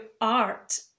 art